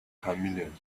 chameleon